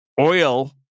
oil